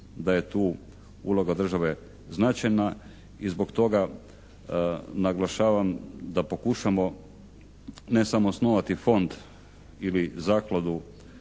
da je tu uloga države značajna i zbog toga naglašavam da pokušamo ne samo osnovati fond ili zakladu